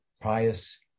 pious